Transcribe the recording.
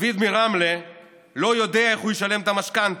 דוד מרמלה לא יודע איך הוא ישלם את המשכנתה,